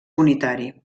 unitari